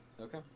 okay